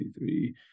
three